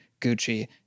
Gucci